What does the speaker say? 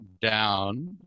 down